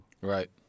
Right